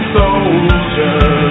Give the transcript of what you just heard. soldiers